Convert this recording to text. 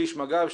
שליש מג"ב,